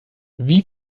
wie